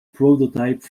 prototype